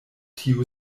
tiu